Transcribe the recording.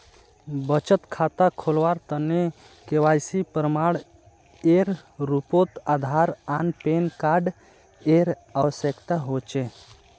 बचत खता खोलावार तने के.वाइ.सी प्रमाण एर रूपोत आधार आर पैन कार्ड एर आवश्यकता होचे